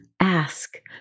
Ask